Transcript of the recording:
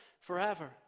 forever